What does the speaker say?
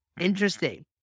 Interesting